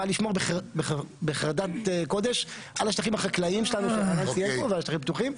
היא באה לשמור בחרדת קודש על השטחים החקלאיים שלנו ועל שטחים פתוחים.